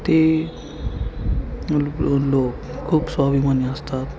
ते ल लोक खूप स्वाभिमानी असतात